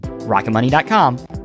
rocketmoney.com